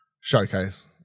showcase